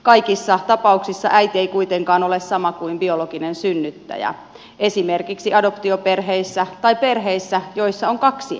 kaikissa tapauksissa äiti ei kuitenkaan ole sama kuin biologinen synnyttäjä esimerkiksi adoptioperheissä tai perheissä joissa on kaksi äitiä